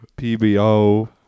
PBO